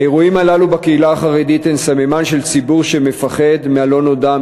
האירועים הללו בקהילה החרדית הם סממן של ציבור שמפחד מהלא-נודע,